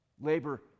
labor